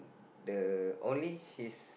the orange is